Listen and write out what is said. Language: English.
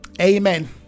Amen